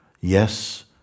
Yes